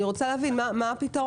אני רוצה להבין מה הפתרון.